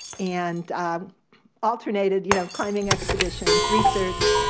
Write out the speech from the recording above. and alternated you know climbing expeditions, research.